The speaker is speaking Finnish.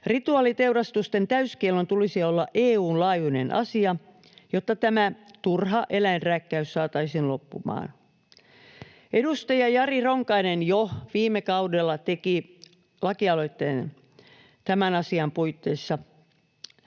Rituaaliteurastusten täyskiellon tulisi olla EU:n laajuinen asia, jotta tämä turha eläinrääkkäys saataisiin loppumaan. Edustaja Jari Ronkainen jo viime kaudella teki lakialoitteen tämän asian puitteissa.